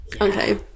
Okay